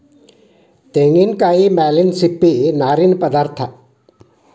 ತೆಂಗಿನಕಾಯಿಯ ಮೇಲಿನ ಸಿಪ್ಪೆಯ ನಾರಿನ ಪದಾರ್ಥ